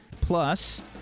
plus